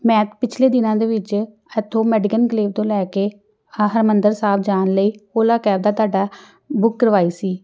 ਮੈਂ ਪਿਛਲੇ ਦਿਨਾਂ ਦੇ ਵਿੱਚ ਇੱਥੋਂ ਮੈਡੀਕਲ ਇੰਨਕਲੇਵ ਤੋਂ ਲੈ ਕੇ ਹ ਹਰਿਮੰਦਰ ਸਾਹਿਬ ਜਾਣ ਲਈ ਓਲਾ ਕੈਬ ਦਾ ਤੁਹਾਡਾ ਬੁੱਕ ਕਰਵਾਈ ਸੀ